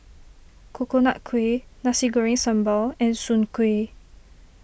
Coconut Kuih Nasi Goreng Sambal and Soon Kway